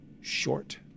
short